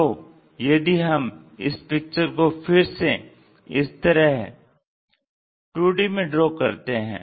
तो यदि हम इस पिक्चर को फिर से इस तरह 2D में ड्रा करते हैं